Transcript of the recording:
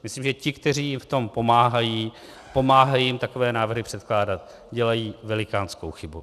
Myslím, že ti, kteří jim v tom pomáhají, pomáhají jim takové návrhy předkládat, dělají velikánskou chybu.